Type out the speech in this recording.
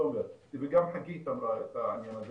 תומר וגם חגית אמרה את זה,